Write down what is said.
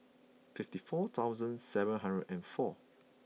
fifty four thousand seven hundred and four